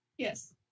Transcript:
Yes